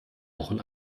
wochen